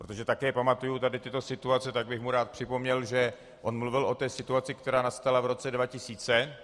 Protože také pamatuji tyto situace, tak bych mu rád připomněl, že on mluvil o situaci, která nastala v roce 2000.